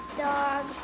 dog